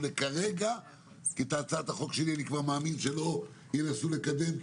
לעכשיו כי את הצעת החוק שלי אני מאמין שכבר לא ינסו לקדם.